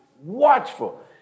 watchful